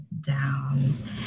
down